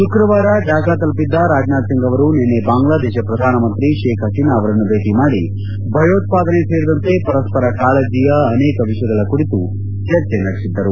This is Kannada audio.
ಶುಕ್ರವಾರ ಢಾಕಾ ತಲುಪಿದ್ದ ರಾಜನಾಥ್ ಸಿಂಗ್ ಅವರು ನಿನ್ನೆ ಬಾಂಗ್ಲಾದೇಶ ಪ್ರಧಾನ ಮಂತ್ರಿ ಶೇಖ್ ಹಸೀನಾ ಅವರನ್ನು ಭೇಟ ಮಾಡಿ ಭಯೋತ್ವಾದನೆ ಸೇರಿದಂತೆ ಪರಸ್ಪರ ಕಾಳಜಿಯ ಅನೇಕ ವಿಷಯಗಳ ಕುರಿತು ಚರ್ಚೆ ನಡೆಸಿದ್ದರು